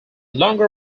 longer